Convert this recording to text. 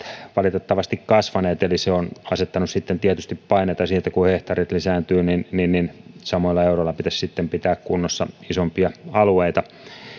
valitettavasti kasvaneet eli se on asettanut tietysti paineita siihen että kun hehtaarit lisääntyvät niin samoilla euroilla pitäisi pitää kunnossa isompia alueita